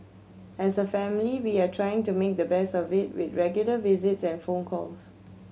as a family we are trying to make the best of it with regular visits and phone calls